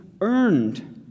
earned